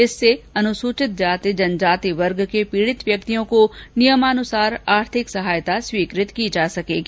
इससे अनुसूचित जाति जनजाति वर्ग के पीड़ित व्यक्तियों को नियमानुसार आर्थिक सहायता स्वीकत्रत की जा सकेगी